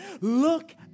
look